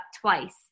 twice